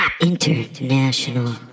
International